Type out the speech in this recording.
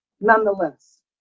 nonetheless